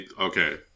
Okay